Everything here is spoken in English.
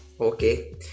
okay